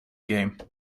game